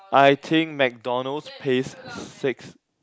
I think MacDonald's pays six